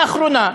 לאחרונה,